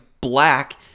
black